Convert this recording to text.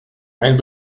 ein